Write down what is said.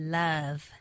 love